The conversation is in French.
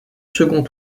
second